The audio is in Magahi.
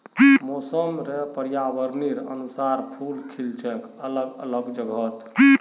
मौसम र पर्यावरनेर अनुसार फूल खिल छेक अलग अलग जगहत